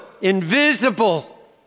invisible